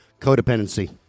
Codependency